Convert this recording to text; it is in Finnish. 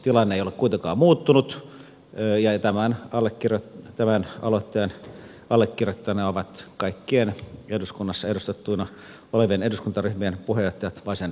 tilanne ei ole kuitenkaan muuttunut ja tämän aloitteen allekirjoittajina ovat kaikkien eduskunnassa edustettuina olevien eduskuntaryhmien puheenjohtajat vasenryhmää lukuun ottamatta